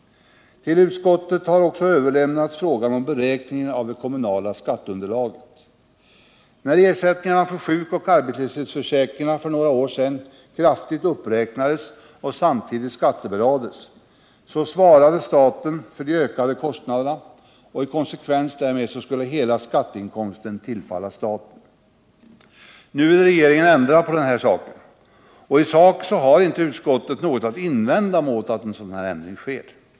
Till utskottet har överlämnats frågan om beräkningen av det kommunala skatteunderlaget. När ersättningarna från sjukoch arbetslöshetsförsäkringarna för några år sedan kraftigt uppräknades och samtidigt skattebelades svarade staten för de ökade kostnaderna, och i konsekvens härmed skulle hela skatteinkomsten tillfalla staten. Nu vill regeringen ändra på detta. I sak har inte utskottet något att invända mot att en sådan ändring sker.